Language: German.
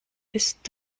ist